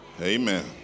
Amen